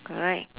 correct